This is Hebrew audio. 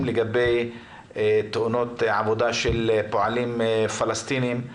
לגבי תאונות עבודה של פועלים פלסטינאים,